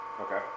okay